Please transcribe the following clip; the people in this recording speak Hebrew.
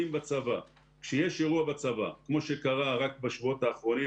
לציין שכאשר יש אירוע בצבא כמו שקרה רק בשבועות האחרונים,